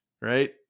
right